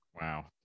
Wow